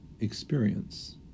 experience